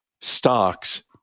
stocks